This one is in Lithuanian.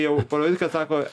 jau po revoliucijos sako